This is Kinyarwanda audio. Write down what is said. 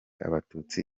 abatutsi